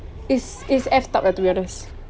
is is tak berapa bagus